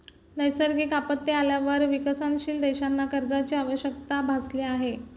नैसर्गिक आपत्ती आल्यावर विकसनशील देशांना कर्जाची आवश्यकता भासली आहे